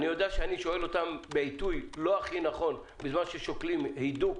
אני יודע שאני שואל אותן בעיתוי לא הכי נכון בזמן ששוקלים הידוק